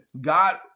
God